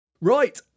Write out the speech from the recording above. Right